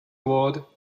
ward